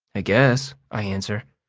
i guess, i answer.